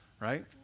right